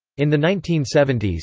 in the nineteen seventy s,